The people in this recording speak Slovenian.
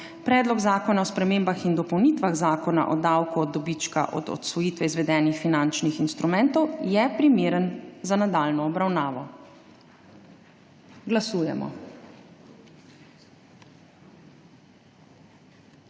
Predlog zakona o spremembah in dopolnitvah Zakona o davku od dobička od odsvojitve izvedenih finančnih instrumentov je primeren za nadaljnjo obravnavo. Glasujemo.